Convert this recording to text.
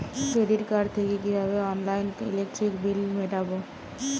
Credit card থেকে কিভাবে অনলাইনে ইলেকট্রিক বিল মেটাবো?